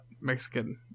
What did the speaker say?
Mexican